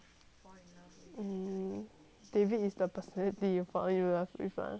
david is the personality you will fall in love with ah